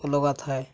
ଅଲଗା ଥାଏ